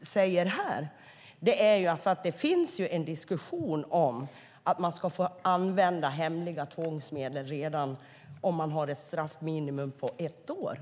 säger här är att det finns en diskussion om att man ska få använda hemliga tvångsmedel redan vid ett straffminimum på ett år.